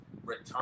Return